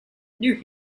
new